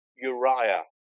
Uriah